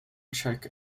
check